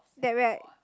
that we're